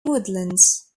woodlands